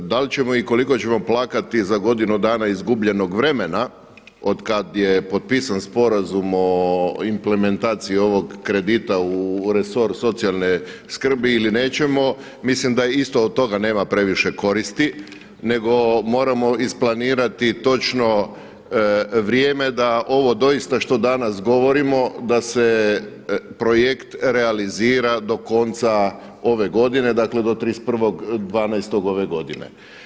Da li ćemo i koliko ćemo plakati za godinu dana izgubljenog vremena od kad je potpisan Sporazum o implementaciji ovog kredita u resoru socijalne skrbi ili nećemo mislim da isto od toga nema previše koristi, nego moramo isplanirati točno vrijeme da ovo doista što danas govorimo da se projekt realizira do konca ove godine, dakle do 31.12. ove godine.